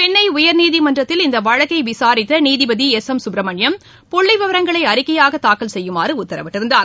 சென்னை உயர்நீதிமன்றத்தில் இந்த வழக்கை விசாரித்த நீதிபதி எஸ் எம் கப்பிரமணியம் புள்ளி விவரங்களை அறிக்கையாகத் தாக்கல் செய்யுமாறு உத்தரவிட்டிருந்தார்